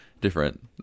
different